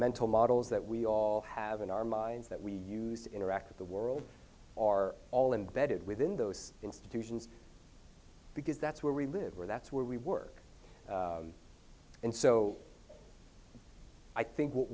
mental models that we all have in our minds that we use to interact with the world are all embedded within those institutions because that's where we live where that's where we work and so i think what